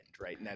right